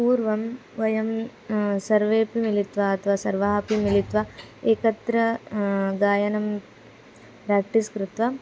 पूर्वं वयं सर्वेपि मिलित्वा अथवा सर्वाः अपि मिलित्वा एकत्र गायनं प्राक्टिस् कृत्वा